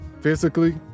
physically